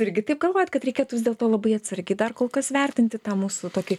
irgi taip galvojat kad reikėtų vis dėlto labai atsargiai dar kol kas vertinti tą mūsų tokį